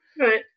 Right